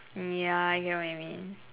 mm ya I get what you mean